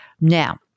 Now